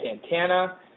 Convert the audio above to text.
Santana